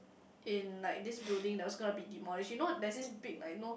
in like this building that was gonna be demolish you know there's this big like no